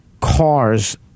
cars